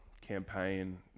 campaign